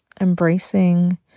embracing